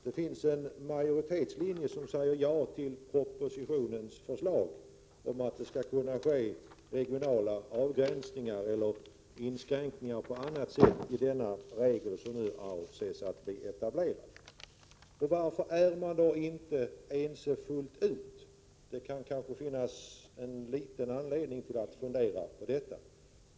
Det finns en majoritetslinje som säger ja till propositionens förslag om att det skall kunna ske regionala avgränsningar eller inskränkningar på annat sätt i den regel som nu avses bli etablerad. Varför är man då inte ense fullt ut? Det kan kanske finnas litet anledning att fundera över det.